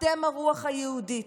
אתם הרוח היהודית.